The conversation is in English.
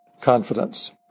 confidence